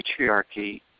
patriarchy